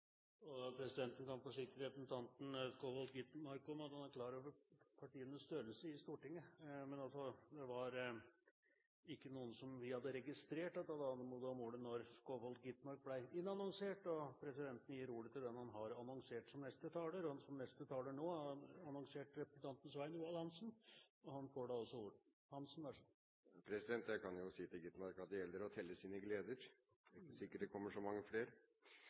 Presidenten kan forsikre representanten Skovholt Gitmark om at han er klar over partienes størrelse i Stortinget, men vi hadde ikke registrert at det var noen fra Arbeiderpartiet som ba om ordet da Skovholt Gitmark ble annonsert, og presidenten gir ordet til den han har annonsert som neste taler. Som neste taler er annonsert Svein Roald Hansen, og han får ordet. Da kan jeg si til representanten Skovholt Gitmark at det gjelder å telle sine gleder, det er ikke sikkert det kommer så mange